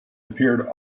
appeared